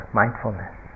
mindfulness